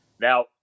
Now